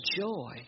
joy